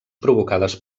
provocades